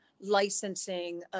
licensing